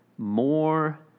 more